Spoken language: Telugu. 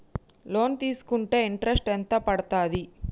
లోన్ తీస్కుంటే ఇంట్రెస్ట్ ఎంత పడ్తది?